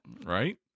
Right